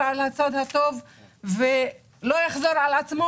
על הצד הטוב ביותר ולא יחזור על עצמו.